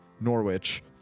norwich